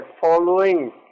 following